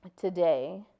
today